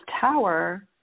tower